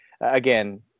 again